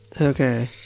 Okay